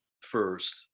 first